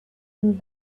and